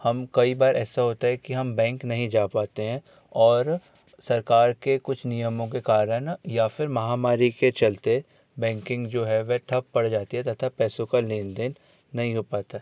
हम कई बार ऐसा होता है कि हम बैंक नहीं जा पाते हैं और सरकार के कुछ नियमों के कारण या फिर महामारी के चलते बैंकिंग जो है वह ठप्प पड़ जाती है तथा पैसों का लेन देन नहीं हो पाता